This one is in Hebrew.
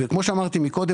כמו שאמרתי קודם,